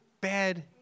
bad